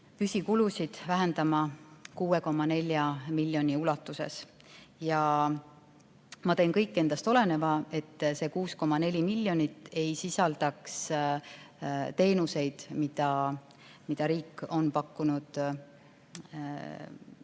püsikulusid vähendama 6,4 miljoni ulatuses. Ja ma teen kõik endast oleneva, et see 6,4 miljonit ei sisaldaks teenuseid, mida riik on pakkunud